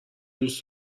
دوست